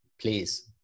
please